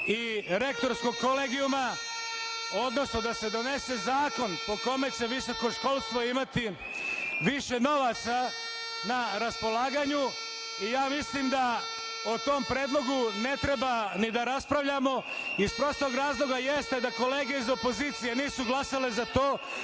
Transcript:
i rektorskog kolegijuma, odnosno da se donese zakon po kome će visokoškolstvo imati više novaca na raspolaganju. Mislim da o tome predlogu ne treba ni da raspravljamo, iz prostog razloga, jeste da kolege iz opozicije nisu glasale za to,